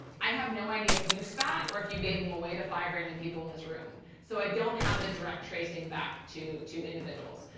i have no idea if you spat or if you gave them away to five random people in this room. so i don't have the direct tracing back to to individuals.